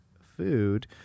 food